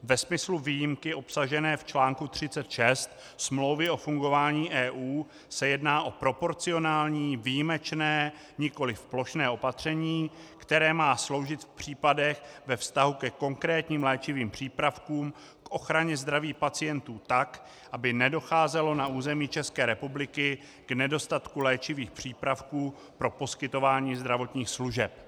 Ve smyslu výjimky obsažené v článku 36 Smlouvy o fungování EU se jedná o proporcionální, výjimečné, nikoli plošné opatření, které má sloužit v případech ve vztahu ke konkrétním léčivým přípravkům k ochraně zdraví pacientů tak, aby nedocházelo na území České republiky k nedostatku léčivých přípravků pro poskytování zdravotních služeb.